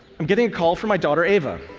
i'm getting a call from my daughter ava.